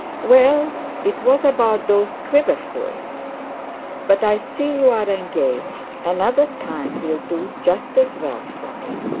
well it was about those quiverfuls but i see you are engaged. another time will do just as well for me